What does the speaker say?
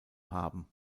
haben